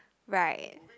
right